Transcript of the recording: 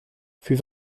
fut